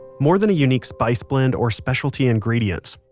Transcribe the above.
more than a unique spice blend or specialty ingredients,